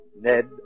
Ned